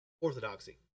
orthodoxy